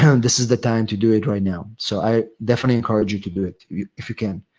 and this is the time to do it right now. so, i definitely encourage you to do it if you can.